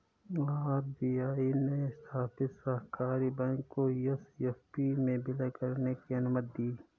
RBI ने स्थापित सहकारी बैंक को एस.एफ.बी में विलय करने की अनुमति दी